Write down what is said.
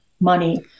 money